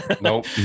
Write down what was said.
Nope